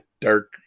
dark